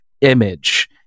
image